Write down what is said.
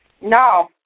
No